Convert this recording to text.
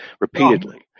repeatedly